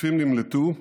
התוקפים נמלטו,